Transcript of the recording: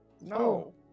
No